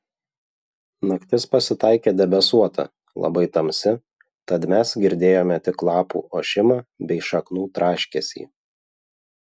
naktis pasitaikė debesuota labai tamsi tad mes girdėjome tik lapų ošimą bei šaknų traškesį